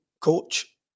coach